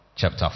chapter